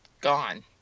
gone